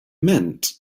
meant